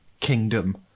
kingdom